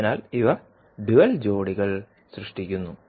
അതിനാൽ ഇവ ഡ്യുവൽ ജോഡികൾ സൃഷ്ടിക്കുന്നു